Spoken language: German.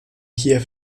hier